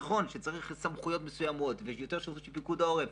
נכון שצריך סמכויות מסוימות של פיקוד העורף,